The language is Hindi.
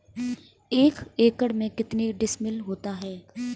एक एकड़ में कितने डिसमिल होता है?